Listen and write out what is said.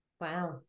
Wow